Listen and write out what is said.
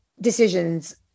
decisions